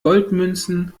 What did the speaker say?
goldmünzen